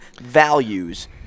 values